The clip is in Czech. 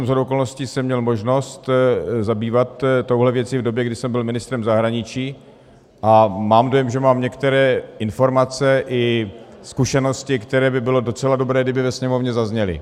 Shodou okolností jsem měl možnost se zabývat touto věcí v době, kdy jsem byl ministrem zahraničí, a mám dojem, že mám některé informace i zkušenosti, které by bylo docela dobré, kdyby ve Sněmovně zazněly.